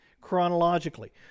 chronologically